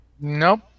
Nope